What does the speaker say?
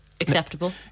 acceptable